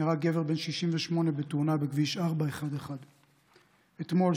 נהרג גבר בן 68 בתאונה בכביש 411. אתמול,